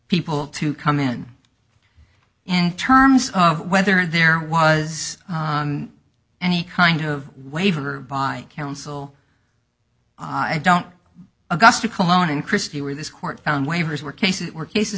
people to come in in terms of whether there was any kind of waiver by counsel i don't augusta cologne in christie where this court found waivers were cases were cases